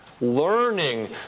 Learning